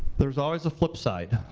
there's always a flip side.